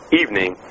evening